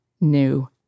new